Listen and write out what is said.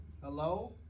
hello